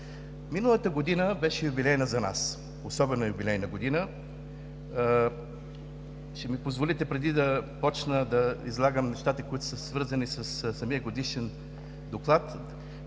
Миналата година беше юбилейна за нас. Особено юбилейна година! Ще ми позволите преди да започна да излагам нещата, които са свързани със самия Годишен доклад,